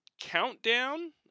Countdown